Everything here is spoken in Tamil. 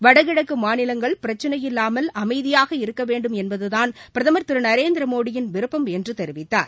வடகிழக்கு மாநிலங்கள் பிரச்சினையில்லாமல் அமைதியாக இருக்க வேண்டும் என்பதுதான் பிரதமர் திரு நரேந்திர மோடியின் விருப்பம் என்று தெரிவித்தார்